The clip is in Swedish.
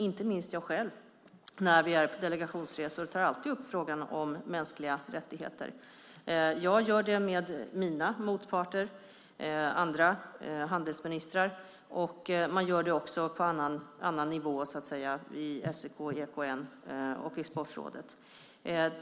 Inte minst jag själv, när vi är ute på delegationsresor, tar jag alltid upp frågan om mänskliga rättigheter. Jag gör det med mina motparter, andra handelsministrar, och man gör det också på annan nivå så att säga inom SEK, EKN och Exportrådet.